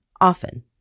often